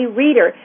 reader